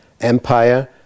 empire